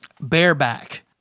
bareback